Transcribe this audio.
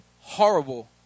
horrible